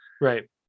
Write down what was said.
Right